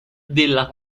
della